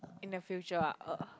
in the future ah uh